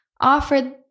offered